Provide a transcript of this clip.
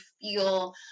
feel